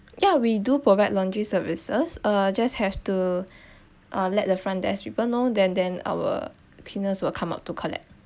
yeah we do provide laundry services uh just have to ah let the front desk people know then then our cleaners will come up to collect